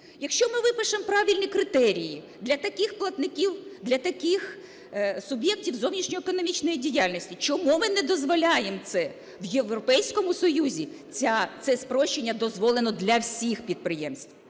Якщо ми випишемо правильні критерії для таких платників, для таких суб'єктів зовнішньоекономічної діяльності, чому ми не дозволяємо це? В Європейський Союз це спрощення дозволено для всіх підприємств.